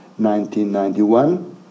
1991